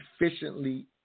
efficiently